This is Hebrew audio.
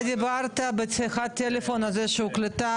אתה דיברת בשיחת טלפון הזאת שהוקלטה